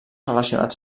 relacionats